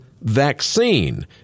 vaccine